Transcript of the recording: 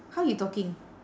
how you talking